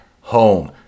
home